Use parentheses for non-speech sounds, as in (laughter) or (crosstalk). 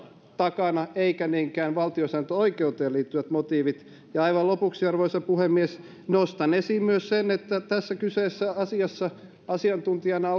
eikä niinkään valtiosääntöoikeuteen liittyvät motiivit aivan lopuksi arvoisa puhemies nostan esiin myös sen että tässä kyseisessä asiassa asiantuntijana (unintelligible)